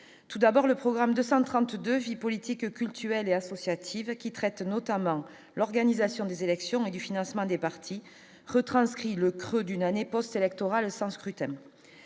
tout d'abord le programme de 132 vie politique cultuelle et associative qui traite notamment l'organisation des élections et du financement des partis retranscrit le creux d'une année post-électorales sans scrutin